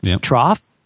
Trough